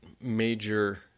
major